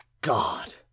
GOD